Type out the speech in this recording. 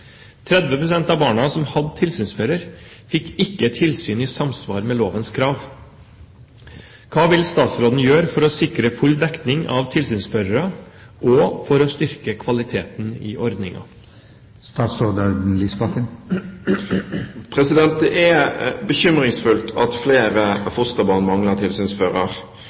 prosent av barna som hadde tilsynsfører, fikk ikke tilsyn i samsvar med lovens krav. Hva vil statsråden gjøre for å sikre full dekning av tilsynsførere og for å styrke kvaliteten i ordningen?» Det er bekymringsfullt at flere fosterbarn mangler tilsynsfører.